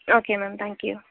okay ma'am thank you